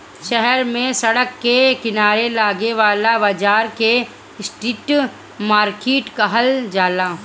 शहर में सड़क के किनारे लागे वाला बाजार के स्ट्रीट मार्किट कहल जाला